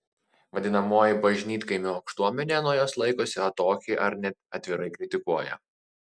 vadinamoji bažnytkaimio aukštuomenė nuo jos laikosi atokiai ar net atvirai kritikuoja